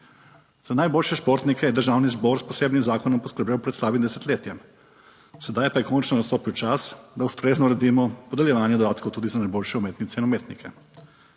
(nadaljevanje) je Državni zbor s posebnim zakonom poskrbel pred slabim desetletjem, sedaj pa je končno nastopil čas, da ustrezno uredimo podeljevanje dodatkov tudi za najboljše umetnice in umetnike.